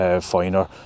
finer